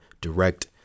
direct